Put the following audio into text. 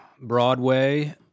Broadway